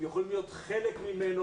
הם יכולים להיות חלק ממנו.